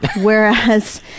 Whereas